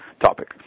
topic